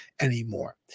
anymore